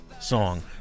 Song